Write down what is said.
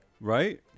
Right